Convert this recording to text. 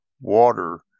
water